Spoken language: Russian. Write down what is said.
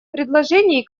предложений